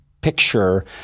picture